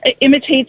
imitates